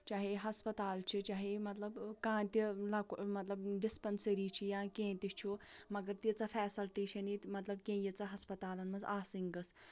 چاہے ہَسپَتال چھُ چاہے مطلب کانٛہہ تہِ لۅکُٹ مطلب ڈِسپٔنسٔری چھِ یا کیٚنٛہہ تہِ چھُ مَگر تیٖژاہ فیسَلٹی چھےٚ نہٕ ییٚتہِ مطلب کیٚنٛہہ ییٖژاہ ہَسپَتالن منٛز آسٕنۍ گٔژھ